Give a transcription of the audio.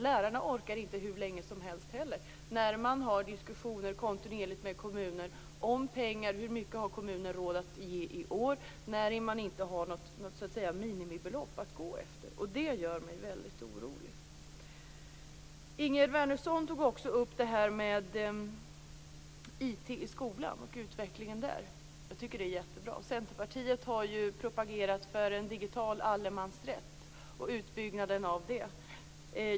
Lärarna orkar inte heller hur länge som helst när man kontinuerligt har diskussioner med kommuner om pengar - hur mycket har kommunen råd att ge i år? Man har ju så att säga inget minimibelopp att gå efter. Det gör mig väldigt orolig. Ingegerd Wärnersson tog också upp det här med IT i skolan och utvecklingen där. Jag tycker att det är jättebra. Centerpartiet har ju propagerat för en digital allemansrätt och utbyggnaden av denna.